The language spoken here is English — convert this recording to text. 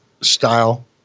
style